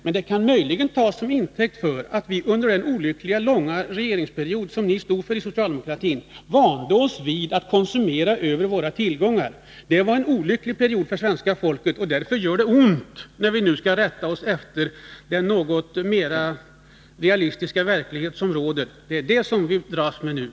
Men det kan möjligen tas som intäkt för att vi under den olyckligt långa socialdemokratiska regeringsperioden vande oss vid att konsumera över våra tillgångar. Det var en olycklig period för svenska folket, och därför gör det ont när vi nu skall rätta oss något mera efter de förhållanden som råder.